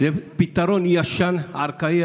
זה פתרון ישן, ארכאי.